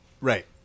Right